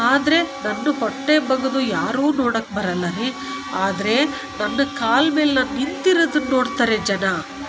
ಆದರೆ ನನ್ನ ಹೊಟ್ಟೆ ಬಗೆದು ಯಾರು ನೋಡಕ್ಕೆ ಬರಲ್ಲ ರೀ ಆದರೆ ನನ್ನ ಕಾಲು ಮೇಲೆ ನಾ ನಿಂತಿರೋದನ್ ನೋಡ್ತಾರೆ ಜನ